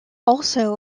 also